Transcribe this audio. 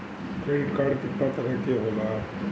Credit card कितना तरह के होला?